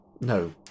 No